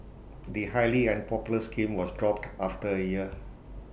the highly unpopular scheme was dropped after A year